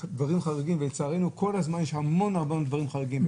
ולצערנו יש המון דברים חריגים.